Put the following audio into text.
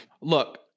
look